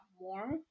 more